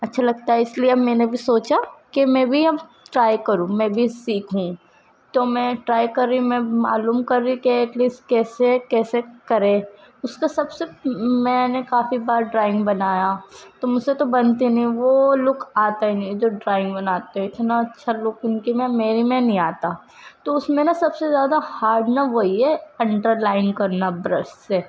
اچّھا لگتا ہے اس لیے میں نے بھی سوچا کہ میں بھی اب ٹرائی کروں میں بھی سیکھوں تو میں ٹرائی کر رہی ہوں میں معلوم کر رہی کہ ایٹلیسٹ کیسے کیسے کریں اس کا سب سے میں نے کافی بار ڈرائنگ بنایا تو مجھ سے تو بنتے نہیں وہ لک آتا ہی نہیں جو ڈرائنگ بناتے اتنا اچّھا لک ان کے میں میرے میں نہیں آتا تو اس میں نا سب سے زیادہ ہارڈ نا وہی ہے انٹر لائن کرنا برش سے